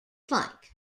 plank